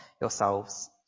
yourselves